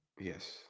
yes